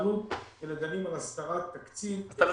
הבעלות אלא דנים על הסדרת תקציב --- אם ככה,